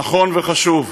נכון וחשוב.